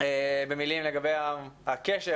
במילים לגבי הקשר,